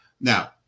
now